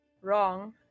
wrong